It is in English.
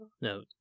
No